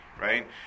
Right